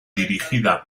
dirigida